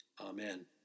Amen